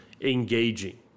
engaging